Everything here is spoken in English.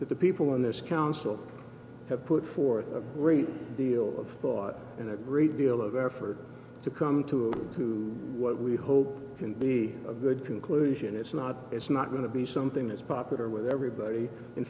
that the people in this council have put forth a great deal of thought and a great deal of effort to come to to what we hope can be a conclusion it's not it's not going to be something that's popular with everybody in